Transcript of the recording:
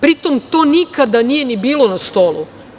Pritom, to nikada nije ni bilo na stolu.